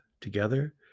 together